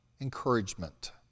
encouragement